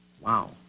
Wow